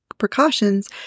precautions